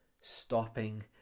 stopping